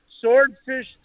Swordfish